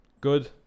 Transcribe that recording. good